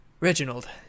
Reginald